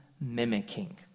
mimicking